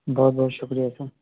بہت بہت شُکریہ سر